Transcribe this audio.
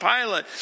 Pilate